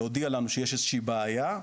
להודיע לנו שיש איזו שהיא בעיה.